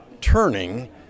turning